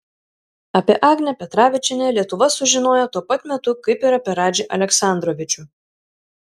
apie agnę petravičienę lietuva sužinojo tuo pat metu kaip ir apie radžį aleksandrovičių